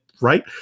right